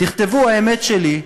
תכתבו "האמת שלי"